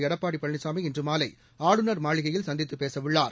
எடப்பாடி பழனிசாமி இன்று மாலை ஆளுநர் மாளிகையில் சந்தித்துப் பேசவுள்ளார்